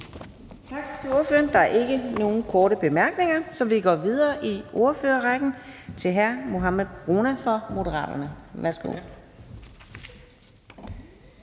Tak til ordføreren. Der er ikke nogen korte bemærkninger, så vi går videre i ordførerrækken til hr. Mohammad Rona fra Moderaterne. Værsgo.